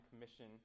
commission